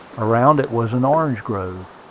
around it was an orange grove,